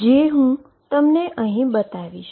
જે હુ તમને અહી બતાવીશ